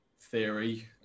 theory